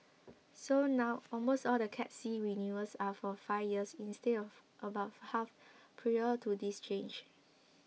so now almost all the Cat C renewals are for five years instead of about for half prior to this change